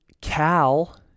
Cal